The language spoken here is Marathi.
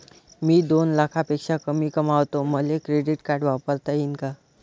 मी दोन लाखापेक्षा कमी कमावतो, मले क्रेडिट कार्ड वापरता येईन का?